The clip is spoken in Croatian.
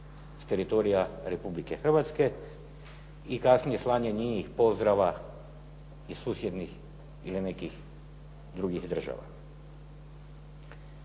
teritorija Republike Hrvatske i kasnije slanje inih pozdrava iz susjednih ili nekih drugih država.